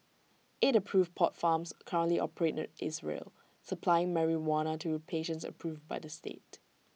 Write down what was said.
eight approved pot farms currently operate in Israel supplying marijuana to patients approved by the state